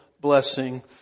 blessing